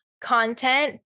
content